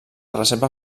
reserva